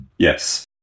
Yes